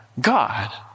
God